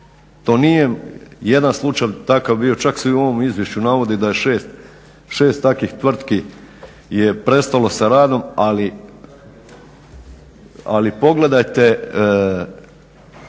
To nije jedan slučaj takav bio, čak se i u ovom izvješću navodi da je 6 takvih tvrtki prestalo sa radom. Ali pogledajte